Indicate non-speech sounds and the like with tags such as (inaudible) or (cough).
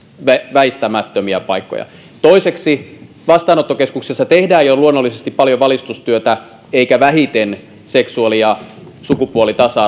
paikkoja toiseksi vastaanottokeskuksissa luonnollisesti tehdään jo paljon valistustyötä eikä vähiten seksuaali ja sukupuolitasa (unintelligible)